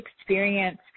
experience